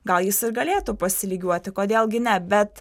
gal jis ir galėtų pasilygiuoti kodėl gi ne bet